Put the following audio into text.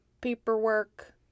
paperwork